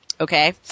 Okay